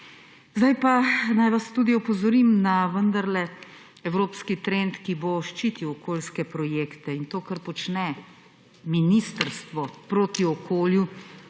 Zdaj pa, naj vas tudi opozorim na vendarle evropski trend, ki bo ščitil okoljske projekte, in to, kar počne ministrstvo proti okolju,